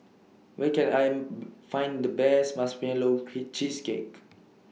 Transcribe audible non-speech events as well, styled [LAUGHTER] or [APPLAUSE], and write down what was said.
Where Can [HESITATION] I Find The Best Marshmallow Cheesecake